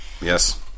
yes